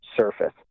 surface